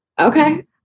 Okay